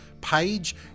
page